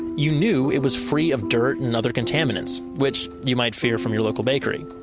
you knew it was free of dirt and other contaminants, which you might fear from your local bakery.